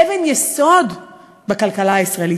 אבן יסוד בכלכלה הישראלית.